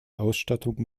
ausstattung